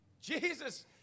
Jesus